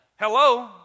Hello